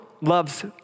loves